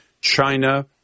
china